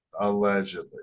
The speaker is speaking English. Allegedly